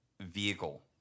vehicle